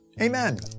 Amen